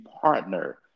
Partner